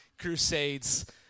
crusades